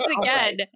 again